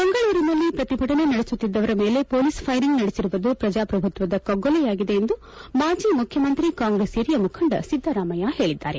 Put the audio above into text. ಮಂಗಳೂರಿನಲ್ಲಿ ಪ್ರತಿಭಟನೆ ನಡೆಸುತ್ತಿದ್ದವರ ಮೇಲೆ ಪೊಲೀಸ್ ಫೈರಿಂಗ್ ನಡೆಸಿರುವುದು ಪ್ರಜಾಶ್ರಭುತ್ವದ ಕಗ್ಗೊಲೆಯಾಗಿದೆ ಎಂದು ಮಾಜಿ ಮುಖ್ಯಮಂತ್ರಿ ಕಾಂಗ್ರೆಸ್ ಹಿರಿಯ ಮುಖಂಡ ಸಿದ್ದರಾಮಯ್ಯ ಹೇಳಿದ್ದಾರೆ